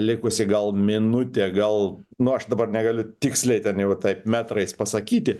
likusi gal minutė gal nu aš dabar negaliu tiksliai ten jau taip metrais pasakyti